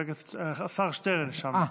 השר שטרן שם,